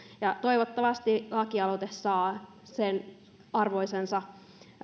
toivottavasti lakialoite saa arvoisensa